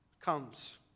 comes